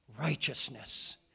righteousness